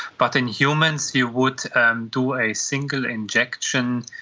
but in humans you would um do a single injection,